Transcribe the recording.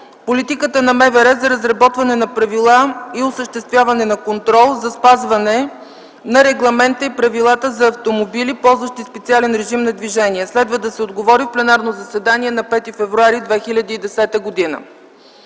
вътрешните работи за разработване на правила и осъществяване на контрол за спазване на регламента и правилата за автомобили, ползващи специален режим на движение. Следва да се отговори в пленарното заседание на 5 февруари 2010 г.;